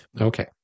Okay